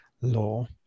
law